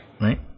Right